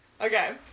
Okay